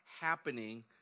happening